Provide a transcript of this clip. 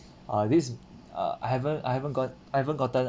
uh this uh I haven't I haven't got I haven't gotten